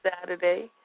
Saturday